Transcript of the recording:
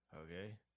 Okay